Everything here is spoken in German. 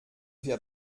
wir